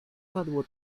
padło